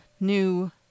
new